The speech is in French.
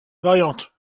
variantes